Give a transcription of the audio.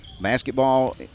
Basketball